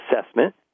assessment